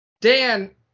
Dan